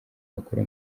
bakura